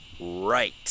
right